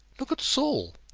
look at saul,